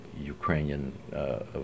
Ukrainian